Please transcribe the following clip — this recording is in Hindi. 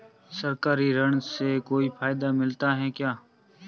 सरकारी ऋण से कोई फायदा मिलता है क्या?